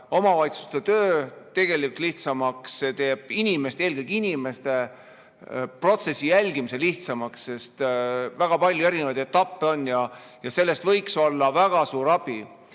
omavalitsuste töö tegelikult lihtsamaks, see teeb inimestele eelkõige protsessi jälgimise lihtsamaks, sest on väga palju etappe, ja sellest võiks olla väga suur abi.